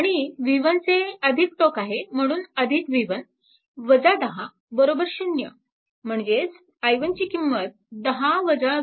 आणि हे v1 चे टोक आहे म्हणून v1 10 0 म्हणजेच i1 ची किंमत 1